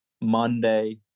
Monday